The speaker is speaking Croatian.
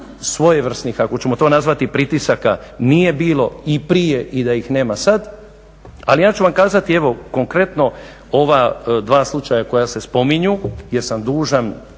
svojevrsnih, ako ćemo to nazvati, pritisaka nije bilo i prije i da ih nema sad, ali ja ću vam kazati evo konkretno ova dva slučaja koja se spominju jer sam dužan